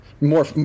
More